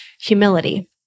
humility